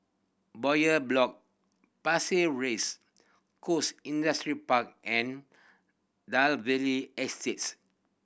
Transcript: Bowyer Block Pasir Ris Coast Industrial Park and Dalvey Estate